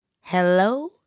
Hello